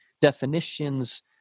definitions